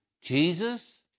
Jesus